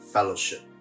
Fellowship